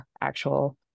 actual